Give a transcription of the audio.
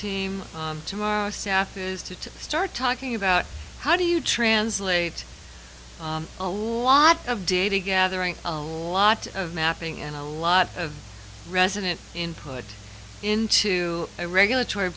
team tomorrow saf is to start talking about how do you translate a lot of data gathering a lot of mapping and a lot of resident input into a regulatory